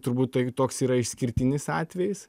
turbūt tai toks yra išskirtinis atvejis